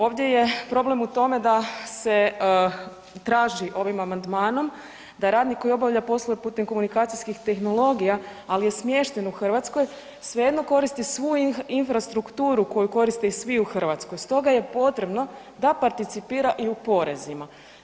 Ovdje je problem u tome da se traži ovim amandmanom da radnik koji obavlja poslove putem komunikacijskih tehnologija ali je smješten u Hrvatskoj svejedno koristi svu infrastrukturu koju koriste i svi u Hrvatskoj stoga je potrebno da participira i u porezima.